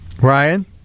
Ryan